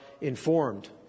informed